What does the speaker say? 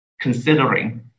considering